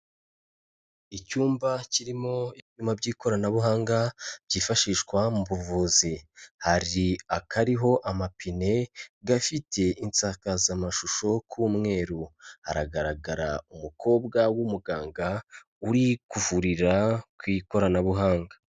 Icyumba kirimo ibyuma by'ikoranabuhanga byifashishwa mu buvuzi, hari akariho amapine, gafite insakazamashusho k'umweru, hagaragara umukobwa w'umuganga, uri kuvurira ku ikoranabuhanga.